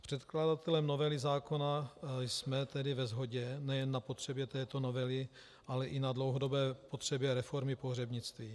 S předkladatelem novely zákona jsem tedy ve shodě nejen na potřebě této novely, ale i na dlouhodobé potřebě reformy pohřebnictví.